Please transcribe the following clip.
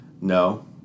No